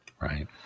right